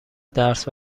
درس